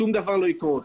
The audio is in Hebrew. שום דבר לא יקרוס.